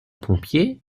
pompier